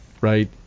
right